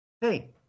Hey